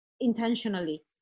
intentionally